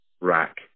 rack